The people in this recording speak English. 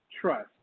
trust